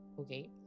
okay